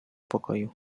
pokoju